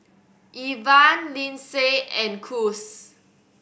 Evan Lindsay and Cruz